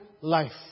life